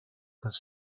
could